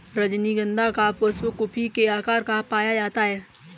रजनीगंधा का पुष्प कुपी के आकार का पाया जाता है